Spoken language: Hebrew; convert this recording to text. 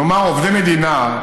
נאמר, עובדי מדינה,